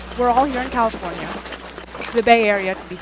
we're all here in california the bay area to